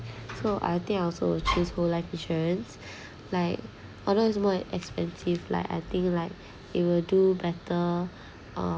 so I think I also choose whole life insurance like although it's more expensive like I think like it will do better uh